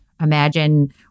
Imagine